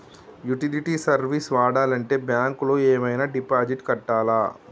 Utility service వాడాలంటే bank లో ఏమైనా డిపాజిట్ కట్టాలా?